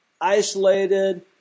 isolated